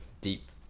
deep